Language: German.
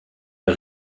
der